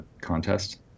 contest